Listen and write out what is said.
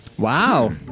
Wow